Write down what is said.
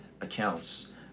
accounts